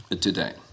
today